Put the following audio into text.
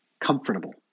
comfortable